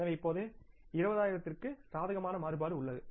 எனவே இப்போது 20000 க்கு சாதகமான மாறுபாடு உள்ளது